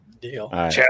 Deal